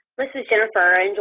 this is jennifer. and